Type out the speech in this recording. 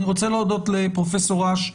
אני רוצה להודות לפרופ' אש,